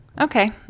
Okay